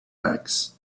backs